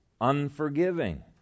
unforgiving